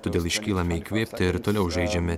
todėl iškylame įkvėpti ir toliau žaidžiame